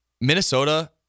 Minnesota